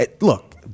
Look